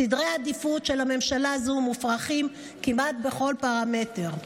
סדרי העדיפות של הממשלה הזאת מופרכים כמעט בכל פרמטר.